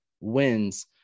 wins